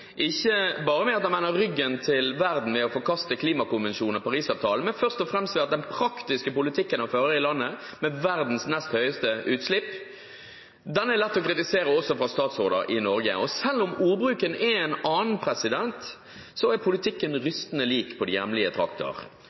ikke bare ved at han vender ryggen til verden ved å forkaste klimakonvensjonen og Paris-avtalen, men først og fremst ved den praktiske politikken han fører i landet med verdens nest høyeste utslipp. Den er lett å kritisere også av statsråder i Norge. Selv om ordbruken er en annen, er politikken rystende lik på hjemlige trakter.